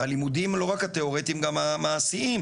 הלימודים לא רק התיאורטיים, גם המעשיים.